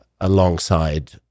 alongside